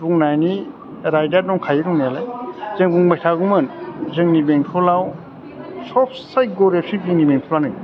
बुंनायनि राइटआ दंखायो दंनायालाय जों बुंबाय थागौमोन जोंनि बेंटलाव सबसे गरिबसिन जोंनि बेंटलानो